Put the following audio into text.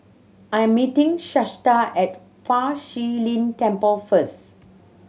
I am meeting Shasta at Fa Shi Lin Temple first